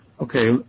Okay